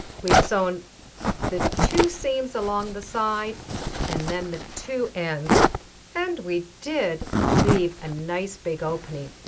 we've sewn the two seams along the side and then the two ends and we did leave a nice big opening.